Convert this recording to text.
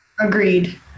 Agreed